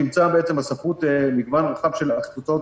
תמצא בספרות מגוון רחב של החלטות,